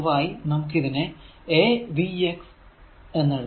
പൊതുവായി നമുക്ക് ഇതിനെ a v x